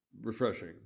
refreshing